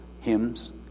hymns